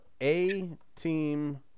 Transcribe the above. A-Team